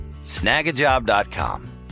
Snagajob.com